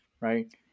right